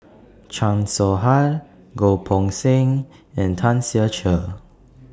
Chan Soh Ha Goh Poh Seng and Tan Ser Cher